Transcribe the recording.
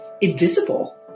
invisible